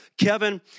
Kevin